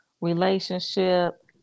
Relationship